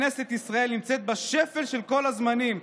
כנסת ישראל נמצאת בשפל של כל הזמנים,